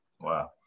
Wow